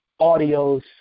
audios